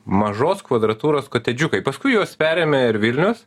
mažos kvadratūros kotedžiukai paskui juos perėmė ir vilnius